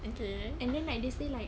and then like they say like